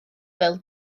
fel